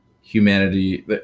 humanity